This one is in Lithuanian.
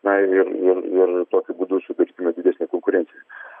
na ir ir ir tokiu būdu sukursime didesnę konkurenciją